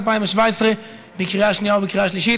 2017, לקריאה שנייה ולקריאה שלישית.